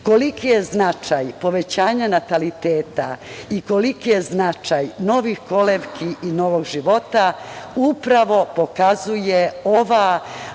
osnovu. Koliki je značaj povećanje nataliteta i koliki je značaj novih kolevki i novog života, upravo pokazuje ova